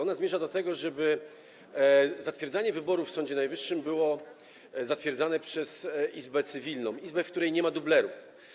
Ona zmierza do tego, żeby zatwierdzanie wyborów w Sądzie Najwyższym było przez Izbę Cywilną - izbę, w której nie ma dublerów.